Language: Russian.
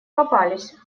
попались